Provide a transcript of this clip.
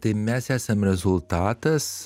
tai mes esam rezultatas